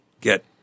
get